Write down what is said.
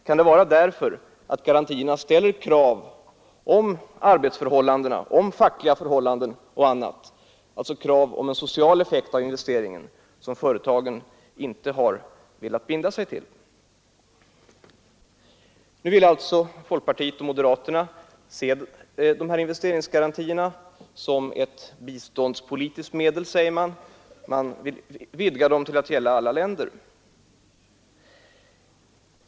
Kan det vara därför att garantierna ställer krav om arbetsförhållanden, fackliga förhållanden och annat, alltså krav om en social effekt av investeringarna, något som företagen inte har velat binda sig vid? Nu vill alltså folkpartiet och moderaterna se dessa investeringsgarantier som ett biståndspolitiskt medel, säger man. Man vill vidga dem till att gälla alla länder.